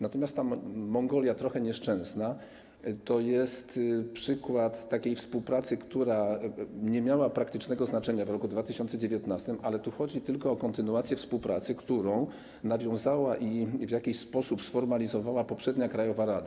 Natomiast ta trochę nieszczęsna Mongolia to jest przykład takiej współpracy, która nie miała praktycznego znaczenia w roku 2019, chodzi tu tylko o kontynuację współpracy, którą nawiązała i w jakiś sposób sformalizowała poprzednia krajowa rada.